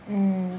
mm